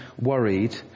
worried